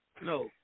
No